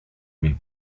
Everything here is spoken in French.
mais